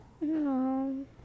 No